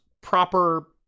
proper